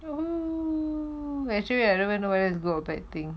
um actually I don't even know whether it's good or bad thing